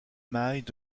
mailles